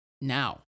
now